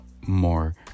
more